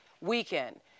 weekend